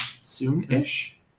soon-ish